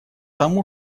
тому